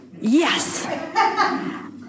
Yes